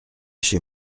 chez